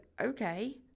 okay